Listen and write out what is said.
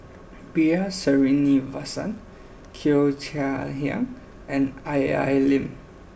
B R Sreenivasan Cheo Chai Hiang and Al Lim